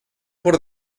por